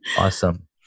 Awesome